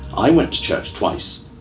i went to church twice,